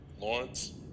Lawrence